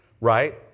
right